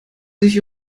sich